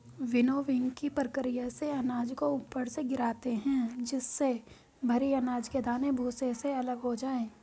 विनोविंगकी प्रकिया में अनाज को ऊपर से गिराते है जिससे भरी अनाज के दाने भूसे से अलग हो जाए